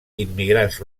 immigrants